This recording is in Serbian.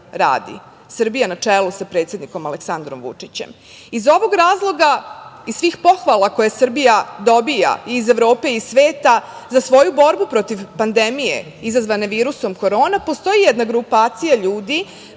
radi, Srbija na čelu sa predsednikom Aleksandrom Vučićem. Iz ovog razloga i svih pohvala koje Srbija dobija iz Evrope i sveta za svoju borbu protiv pandemije izazvane virusom korona, postoji jedna grupacija ljudi